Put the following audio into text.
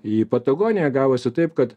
į patagoniją gavosi taip kad